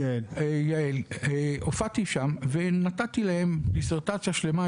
הופעתי שם ונתתי להם דיסרטציה שלמה,